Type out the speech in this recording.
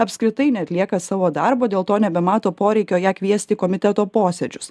apskritai neatlieka savo darbo dėl to nebemato poreikio ją kviesti į komiteto posėdžius